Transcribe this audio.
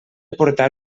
portar